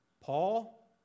Paul